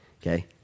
Okay